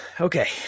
okay